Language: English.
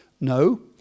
No